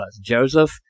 Joseph